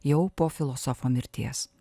jau po filosofo mirties